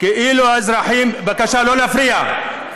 מדינות שוחרות שלום, בבקשה לא להפריע.